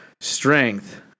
strength